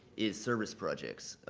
is service projects.